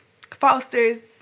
fosters